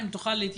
אם תוכל להתייחס.